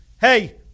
hey